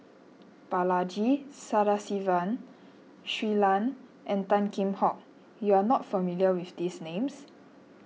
Balaji Sadasivan Shui Lan and Tan Kheam Hock you are not familiar with these names